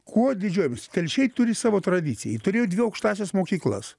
kuo didžiuojamės telšiai turi savo tradiciją ji turėjo dvi aukštąsias mokyklas